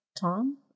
Tom